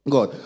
God